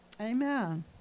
Amen